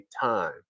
time